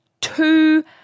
two